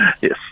Yes